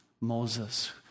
Moses